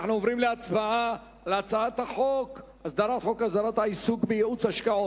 אנחנו עוברים להצבעה על הצעת חוק הסדרת העיסוק בייעוץ השקעות,